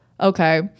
Okay